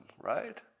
right